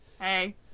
hey